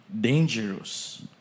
dangerous